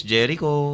Jericho